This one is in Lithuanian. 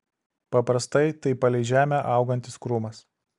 paprastai tai palei žemę augantis krūmas